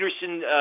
Peterson